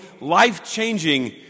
life-changing